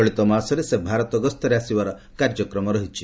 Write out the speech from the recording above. ଚଳିତମାସରେ ସେ ଭାରତ ଗସ୍ତରେ ଆସିବାର କାର୍ଯ୍ୟକ୍ରମ ରହିଛି